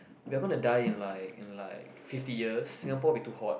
we're going to die in like in like fifty years Singapore be too hot